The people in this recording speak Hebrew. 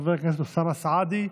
לחבר הכנסת אוסאמה סעדי.